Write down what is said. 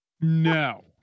no